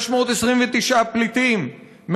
629 פליטים,